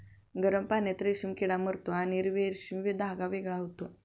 गरम पाण्यात रेशीम किडा मरतो आणि रेशीम धागा वेगळा होतो